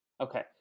Okay